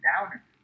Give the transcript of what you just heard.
downer